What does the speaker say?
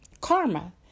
karma